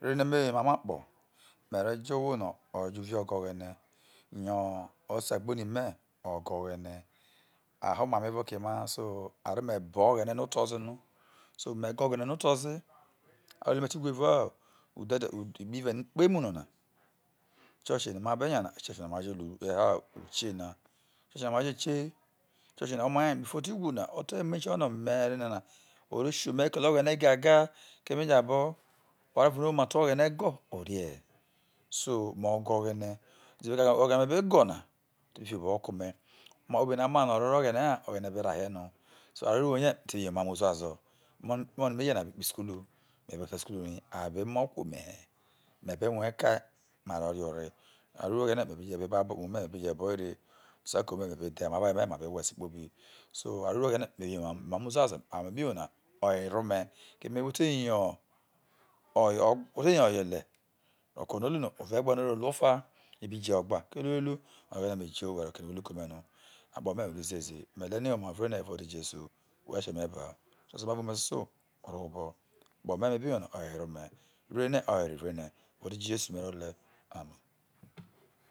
Rene meyo omamo akpo me re jo omuoo no o re jo uul ogoghene yo osegboni me ogrghene a ho ome ame evao oke emaha me so a eha ome bowo oghene ho oto zeno some go oghene no ze u ru re oni me teti who rvao ikpe ive no ikpemo no na ma joru ehaa ukie na ichoche na ajo kie ichochee na rra nya before ote ti whu noa te make sure home nana oresi ome kele oghene gaga keme jabo oware ovo noo no wonte ogjene go orie he some ogoghene oghene no mabe gona obi fobhoke ome omaakpobino amana orro oro oghene ha oghene berahie noi so arroriworie mebiyo omam e uzuazo emono meye na abi kpoho isukulu mebe hwa osa isukulu rai a be mo he me be rue kue no aro re ore aruoriwooghene mebeje bo ebabo iu wou me meba je boire me avo aye me ma be hwe esikpobi so aruo riwo oghene mebe sairo yo emumo uzuazo noim biyo na o were ome keme whe te yo oyele oko no o ru no ove je ru epano o ruru ofa i bi je ogba ko ono ovu me ji where ke oware no whe ru ke keome noakpo me orro ziezime leno i woma ure ene evao ode jesu whe ny asio omebaha uzuazo me soso orro ehere obo akpome no mebiyo na owere ome ruei re owere vre ene ode jesu me role ami